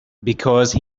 because